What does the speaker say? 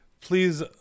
Please